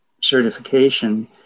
certification